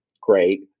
great